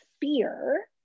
fear